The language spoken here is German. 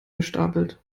gestapelt